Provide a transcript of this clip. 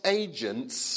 agents